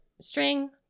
string